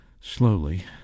Slowly